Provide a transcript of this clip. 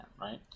right